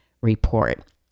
report